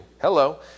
Hello